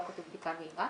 לא כתוב בדיקה מהירה)